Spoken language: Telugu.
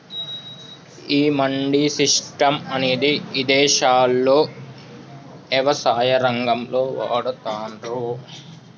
ఈ మండీ సిస్టం అనేది ఇదేశాల్లో యవసాయ రంగంలో వాడతాన్రు